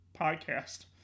podcast